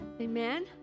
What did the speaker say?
Amen